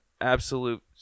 absolute